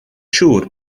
siŵr